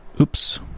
Oops